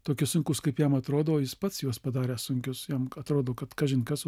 tokie sunkūs kaip jam atrodo o jis pats juos padarę sunkius jam atrodo kad kažin kas